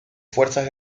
fuerzas